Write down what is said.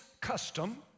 custom